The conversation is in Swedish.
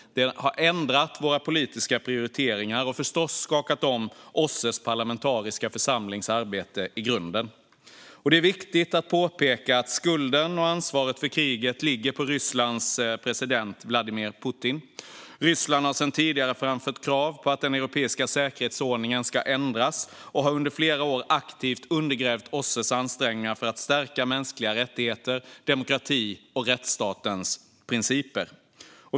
Det har ändrat politiska prioriteringar och förstås skakat OSSE:s parlamentariska församlings arbete i grunden. Det är viktigt att påpeka att skulden och ansvaret för kriget ligger på Rysslands president Vladimir Putin. Ryssland har sedan tidigare framfört krav på att den europeiska säkerhetsordningen ska ändras och har under flera år aktivt undergrävt OSSE:s ansträngningar för att stärka mänskliga rättigheter, demokrati och rättsstatens principer.